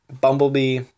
Bumblebee